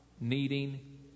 needing